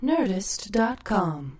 Nerdist.com